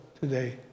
today